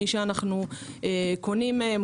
מי שאנחנו קונים מהם,